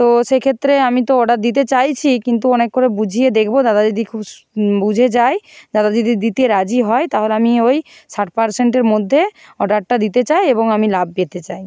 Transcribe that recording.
তো সেক্ষেত্রে আমি তো অর্ডার দিতে চাইছি কিন্তু অনেক করে বুঝিয়ে দেখবো দাদা যদি খুশ বুঝে যায় দাদা যদি দিতে রাজি হয় তাহলে আমি ওই ষাট পার্সেন্টের মধ্যে অর্ডারটা দিতে চাই এবং আমি লাভ পেতে চাই